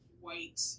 white